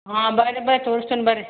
ಹಾಂ ಬನ್ರಿ ಬರ್ರಿ ತೋರ್ಸ್ತೇನೆ ಬನ್ರಿ